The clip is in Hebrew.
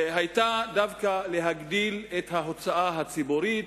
היתה דווקא להגדיל את ההוצאה הציבורית,